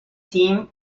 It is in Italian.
tim